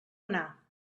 anar